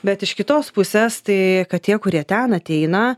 bet iš kitos pusės tai kad tie kurie ten ateina